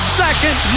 second